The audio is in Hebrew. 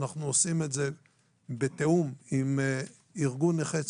ואנחנו עושים את זה בתיאום עם ארגון נכי צה"ל,